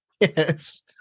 yes